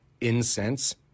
incense